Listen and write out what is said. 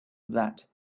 that